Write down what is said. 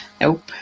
Nope